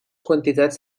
quantitats